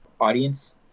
audience